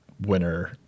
winner